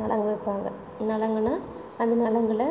நலங்கு வைப்பாங்க நலங்குன்னா அந்த நலங்கில்